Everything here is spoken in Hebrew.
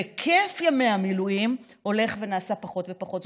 והיקף ימי המילואים הולך ונעשה פחות ופחות.